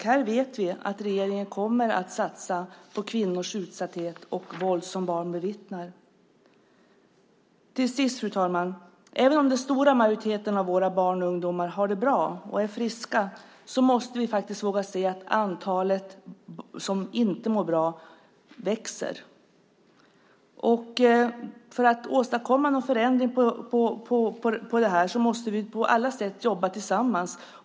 Här vet vi att regeringen kommer att satsa på kvinnors utsatthet och våld som barn bevittnar. Till sist, fru talman, även om den stora majoriteten av våra barn och ungdomar har det bra och är friska, måste vi faktiskt våga se att antalet som inte mår bra växer. För att åstadkomma en förändring här måste vi på alla sätt jobba tillsammans.